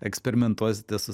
eksperimentuosite su